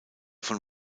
von